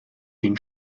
den